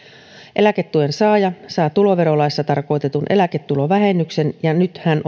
eläketuen saaja saa tuloverolaissa tarkoitetun eläketulovähennyksen ja nyt hän